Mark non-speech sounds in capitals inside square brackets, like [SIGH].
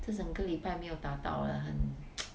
这整个礼拜没有打到了很 [NOISE]